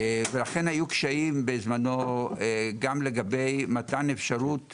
ואכן, היו קשיים בזמנו גם לגבי מתן אפשרות